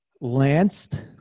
Lanced